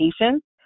patients